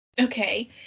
okay